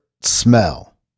smell